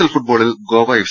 L ഫുട്ബോളിൽ Goa F